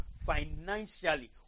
financially